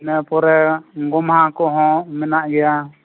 ᱤᱱᱟᱹ ᱯᱚᱨᱮ ᱜᱳᱢᱦᱟ ᱠᱚᱦᱚᱸ ᱢᱮᱱᱟᱜ ᱜᱮᱭᱟ